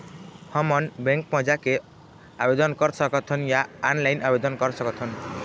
हमन बैंक मा जाके आवेदन कर सकथन या ऑनलाइन आवेदन कर सकथन?